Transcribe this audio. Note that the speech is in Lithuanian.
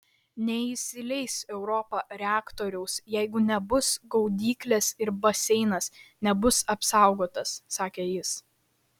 neįsileis europa reaktoriaus jeigu nebus gaudyklės ir baseinas nebus apsaugotas sakė jis